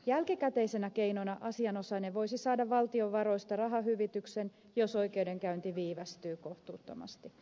jälkikäteisenä keinona asianosainen voisi saada valtion varoista rahahyvityksen jos oikeudenkäynti viivästyy kohtuuttomasti